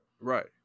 Right